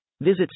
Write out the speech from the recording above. Visit